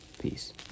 Peace